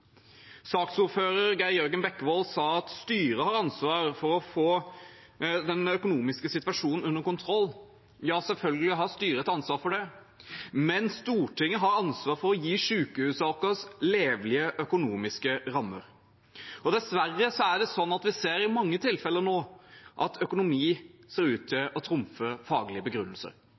Saksordfører Geir Jørgen Bekkevold sa at styret har ansvar for å få den økonomiske situasjonen under kontroll. Ja, selvfølgelig har styret et ansvar for det. Men Stortinget har ansvar for å gi sykehusene våre levelige økonomiske rammer. Og dessverre ser vi nå i mange tilfeller at økonomi ser ut til å trumfe faglige begrunnelser.